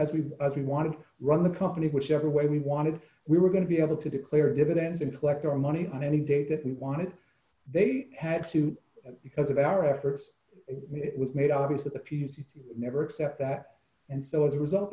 as we as we wanted to run the company whichever way we wanted we were going to be able to declare dividends and collect our money on any day that we wanted they had to because of our efforts it was made obvious that the p c c never accept that and so as a result